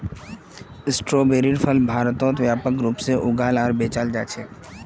स्ट्रोबेरीर फल भारतत व्यापक रूप से उगाल आर बेचाल जा छेक